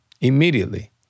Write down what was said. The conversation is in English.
immediately